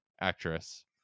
actress